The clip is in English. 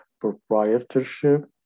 proprietorship